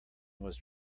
was